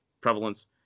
prevalence